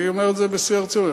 אני אומר את זה בשיא הרצינות.